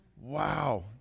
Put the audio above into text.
Wow